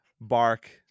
bark